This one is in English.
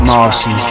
Marcy